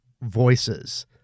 voices